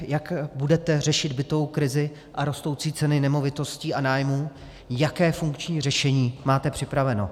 Jak budete řešit bytovou krizi a rostoucí ceny nemovitostí a nájmů, jaké funkční řešení máte připraveno?